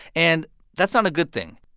and that's not a good thing.